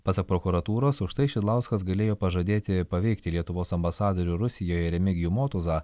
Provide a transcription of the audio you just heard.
pasak prokuratūros už štai šidlauskas galėjo pažadėti paveikti lietuvos ambasadorių rusijoje remigijų motuzą